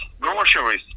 groceries